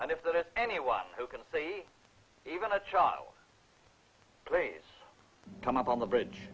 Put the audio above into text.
and if that is anyone who can see even a child plays come up on the bridge